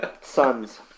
sons